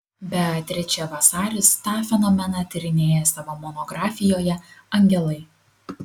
beatričė vasaris tą fenomeną tyrinėja savo monografijoje angelai